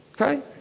Okay